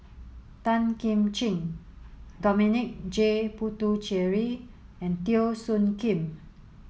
Tan Kim Ching Dominic J Puthucheary and Teo Soon Kim